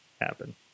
happen